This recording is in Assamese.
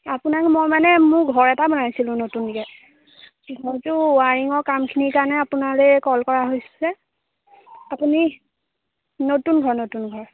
আপোনাক মোৰ মানে মই ঘৰ এটা বনাইছিলো নতুনকে ঘৰটোৰ ৱাৰিংৰ কামখিনিৰ কাৰণে আপোনালে কল কৰা হৈছে আপুনি নতুন ঘৰ নতুন ঘৰ